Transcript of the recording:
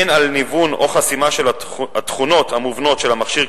הן "ניוון" או חסימה של התכונות המובנות של המכשיר,